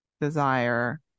desire